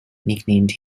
nicknamed